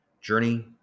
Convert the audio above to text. Journey